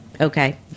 okay